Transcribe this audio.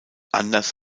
anders